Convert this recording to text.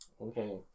Okay